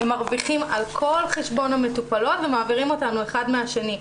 הם מרוויחים על כל חשבון המטופלות ומעבירים אותנו אחד לשני,